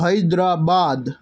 Hyderabad